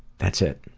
that's it.